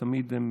ותמיד הם